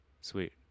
Sweet